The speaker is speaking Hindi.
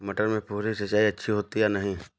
मटर में फुहरी सिंचाई अच्छी होती है या नहीं?